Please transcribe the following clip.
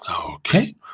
Okay